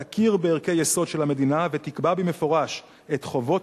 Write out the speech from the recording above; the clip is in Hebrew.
תכיר בערכי יסוד של המדינה ותקבע במפורש את חובות